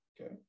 Okay